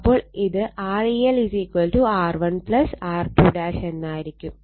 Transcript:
അപ്പോൾ ഇത് R e1 R1 R2 എന്നായിരിക്കും